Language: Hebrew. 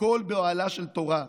הכול באוהלה של תורה,